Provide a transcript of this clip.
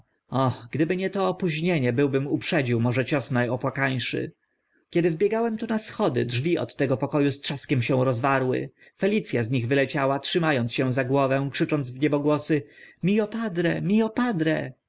ach gdyby nie to opóźnienie byłbym uprzedził może cios na opłakańszy kiedy wbiegałem tu na schody drzwi od tego poko u z trzaskiem się rozwarły felic a z nich wyleciała trzyma ąc się za głowę i krzycząc wniebogłosy mio padre mio padre